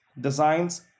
designs